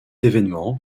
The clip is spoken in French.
événement